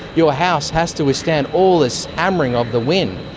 your house has to withstand all this hammering of the wind.